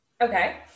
Okay